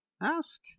ask